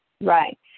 right